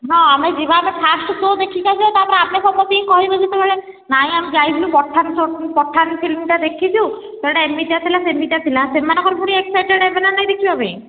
ନା ଆମେ ଯିବା ଆଗ ଫାଷ୍ଟ୍ ସୋ' ' ଦେଖିକି ଆସିବା ତା'ପରେ ଆମେ ସମସ୍ତଙ୍କୁ କହିବା ଯେତେବେଳେ ନାଇଁ ଆମେ ଯାଇଥିଲୁ ପଠାନ୍ ସୋ' ପଠାନ୍ ଫିଲ୍ମ୍ଟା ଦେଖିଛୁ ସେଇଟା ଏମିତିଆ ଥିଲା ସେମିତିଆ ଥିଲା ସେମାନଙ୍କର ପୁଣି ଏକ୍ସସାଇଟେଡ଼୍ ହେବେ ନା ଦେଖିବା ପାଇଁ